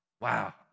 wow